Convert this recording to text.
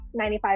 95%